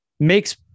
makes